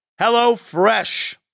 HelloFresh